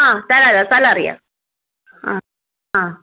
ആ സ്ഥലം അറിയാം സ്ഥലം അറിയാം ആ ആ